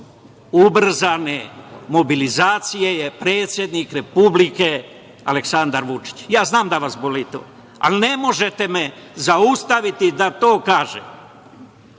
ubrzane mobilizacije je predsednik Republike Aleksandar Vučić. Ja znam da vas boli to, ali ne možete me zaustaviti da to kažem,